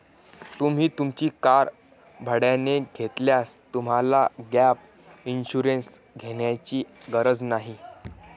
तुम्ही तुमची कार भाड्याने घेतल्यास तुम्हाला गॅप इन्शुरन्स घेण्याची गरज नाही